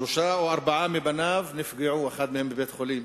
שלושה או ארבעה מבניו נפגעו, אחד מהם בבית-חולים,